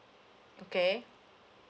okay